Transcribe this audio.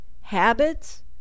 habits